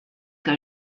que